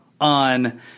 on